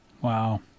Wow